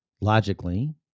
logically